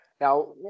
now